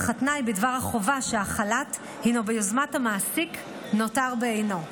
אך התנאי בדבר החובה שהחל"ת הוא ביוזמת המעסיק נותר בעינו.